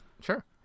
Sure